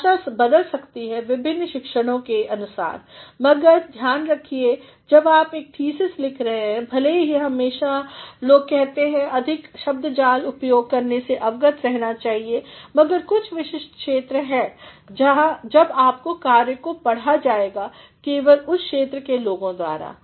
भाषा बदल सकती है विभिन्न शिक्षणों के अनुसार मगर ध्यान रखिए जब आप एक थीसिस लिख रहे हैं भले ही लोग हमेशा कहते हैं अधिकशब्दजालउपयोग करने से अवगत रहनाचाहिए मगर कुछ विशिष्ट क्षेत्र में जब आपके कार्य को पढ़ा जाएगा केवल उस क्षेत्र के लोगों द्वारा